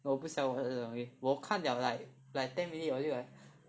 no 我不喜欢玩这种 game 我看 liao like like ten minute 我就 like